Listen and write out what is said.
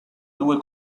due